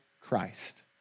Christ